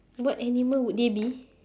what animal would they be